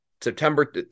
September